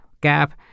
gap